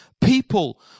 people